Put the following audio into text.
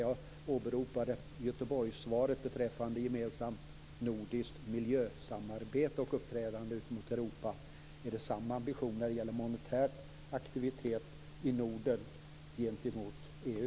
Jag åberopade Finns det samma ambition när det gäller monetära aktiviteter i Norden gentemot EU?